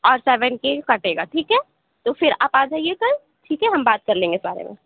اور سیون کے کٹے گا ٹھیک ہے تو پھر آپ آ جائیے کل ٹھیک ہے ہم بات کر لیں گے اِس بارے میں